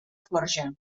forja